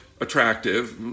attractive